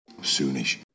Soonish